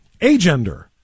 agender